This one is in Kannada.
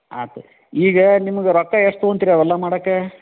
ಆತು ಈಗ ನಿಮಗೆ ರೊಕ್ಕ ಎಷ್ಟು ತೊಗೊಳ್ತೀರಿ ಅವೆಲ್ಲ ಮಾಡಕ್ಕೆ